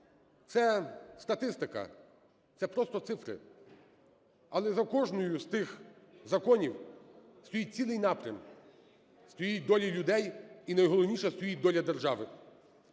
Це статистика. Це просто цифри. Але за кожним з тих законів стоїть цілий напрям, стоять долі людей і найголовніше – стоїть доля держави.